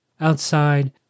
Outside